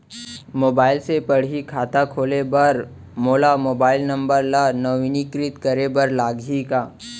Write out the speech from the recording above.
Mobile से पड़ही खाता खोले बर मोला मोबाइल नंबर ल नवीनीकृत करे बर लागही का?